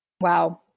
Wow